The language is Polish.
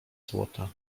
złota